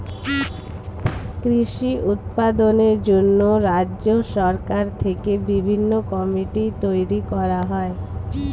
কৃষি উৎপাদনের জন্য রাজ্য সরকার থেকে বিভিন্ন কমিটি তৈরি করা হয়